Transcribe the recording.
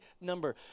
number